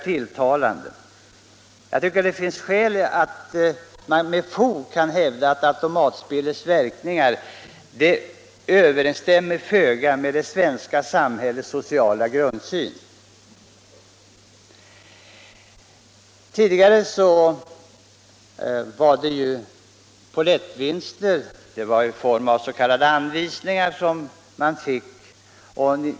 Jag anser att man med fog kan hävda att automatspelets verkningar föga överensstämmer med det svenska samhällets sociala grundsyn. Tidigare utgjordes spelarnas vinster av pollettvinster i form av s.k. anvisningar.